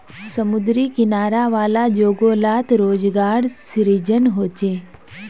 समुद्री किनारा वाला जोगो लात रोज़गार सृजन होचे